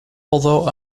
although